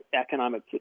economic